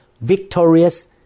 victorious